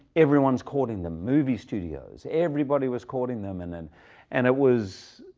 everyone's courting them, movie studios, everybody was courting them, and and and it was,